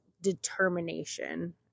determination